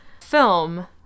film